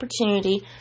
opportunity